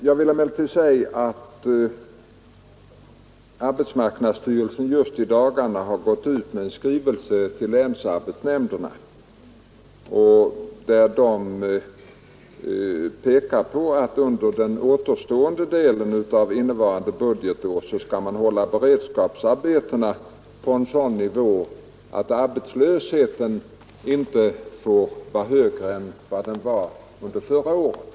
Jag vill emellertid säga att arbetsmarknadsstyrelsen just i dagarna har gått ut med en skrivelse till länsarbetsnämnderna, där den pekar på att Nr 90 under den återstående tiden av innevarande budgetår skall man hålla Torsdagen den beredskapsarbetena på en sådan nivå att arbetslösheten inte får vara 17 maj 1973 högre än vad den var under förra året.